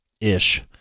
ish